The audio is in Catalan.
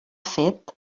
fet